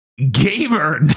Gamer